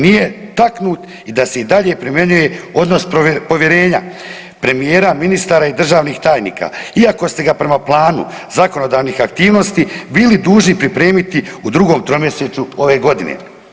Nije taknut i da se i dalje primjenjuje odnos povjerenja premijera, ministara i državnih tajnika, iako ste ga prema planu zakonodavnih aktivnosti bili dužni pripremiti u drugom tromjesečju ove godine.